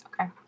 Okay